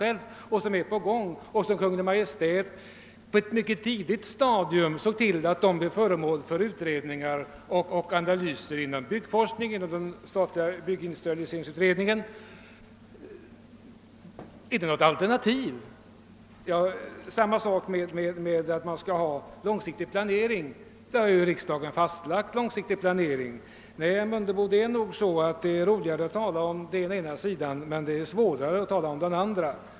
även Kungl. Maj:t såg på ett mycket tidigt stadium till att denna fråga blev föremål för utredningar och analyser inom byggforskningen och den statliga byggindustrialiseringsutredningen. Är folkpartiets förslag på den punkten något alternativ? Detsamma gäller talet om att man skall ha långsiktig planering. Riksdagen har ju redan fastlagt en långsiktig planering. Nej, herr Mundebo, det är nog så att det är roligare och lättare att tala om den ena sidan av problemet än om den andra.